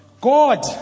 God